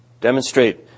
Demonstrate